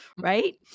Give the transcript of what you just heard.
Right